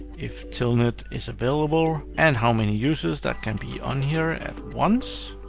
if telnet is available, and how many users that can be on here at once.